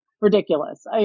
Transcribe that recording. ridiculous